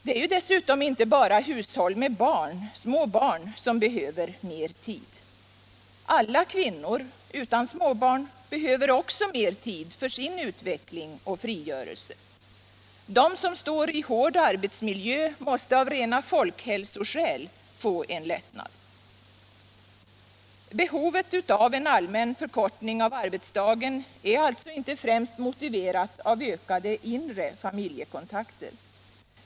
Det är dessutom inte bara hushåll med småbarn som behöver mer tid. Alla kvinnor utan småbarn behöver också mer tid för sin utveckling och frigörelse. De som står i en hård arbetsmiljö måste av rena folkhälsoskäl få en lättnad. Behovet av en allmän förkortning av arbetsdagen är inte främst motiverat av ökade inre familjekontakter.